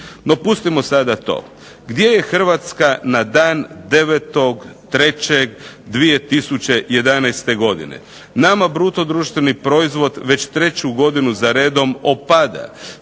No pustimo sada to. Gdje je HRvatska na dan 9.3.2011. godine? Nama bruto društveni proizvod već treću godinu za redom opada,